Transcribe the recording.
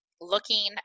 looking